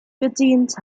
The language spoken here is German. gedient